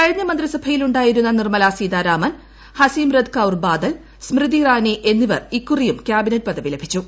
കഴിഞ്ഞ മന്ത്രിസഭയിൽ ഉണ്ടായിരുന്ന നിർമ്മലാ സീതാരാമൻ ഹസിമ്രത്ത് കൌർ ബാദൽ സ്മൃതി ഇറാനി എന്നിവർ ഇക്കുറിയും ക്യാബിനറ്റ് പദവി ലഭിച്ചു